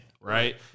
Right